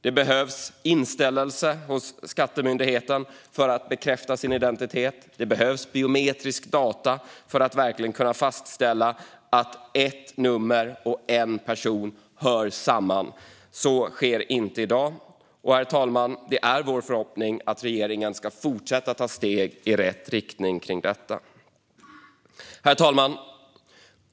Det behövs inställelse hos skattemyndigheten för att bekräfta identitet. Det behövs biometriska data för att man verkligen ska kunna fastställa att ett nummer och en person hör samman. Så sker inte i dag. Herr talman! Det är vår förhoppning att regeringen ska fortsätta att ta steg i rätt riktning i detta. Herr talman!